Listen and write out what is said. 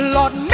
Lord